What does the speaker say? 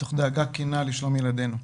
מתוך דאגה כנה לשלום ילדינו.